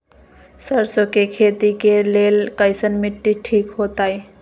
सरसों के खेती के लेल कईसन मिट्टी ठीक हो ताई?